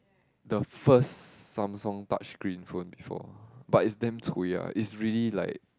the first Samsung touch screen phone before but it's damn cui ah is really like